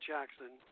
Jackson